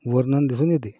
वर्णन दिसून येते